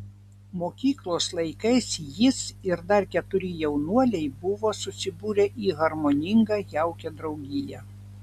mokyklos laikais jis ir dar keturi jaunuoliai buvo susibūrę į harmoningą jaukią draugiją